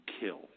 kill